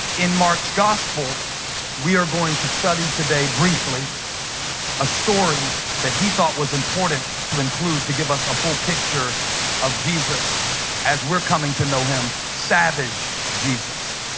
in? mark's gospel we are going to study today briefly a story that he thought was important to include to give us a full picture of jesus as we're coming to know him savage jesus.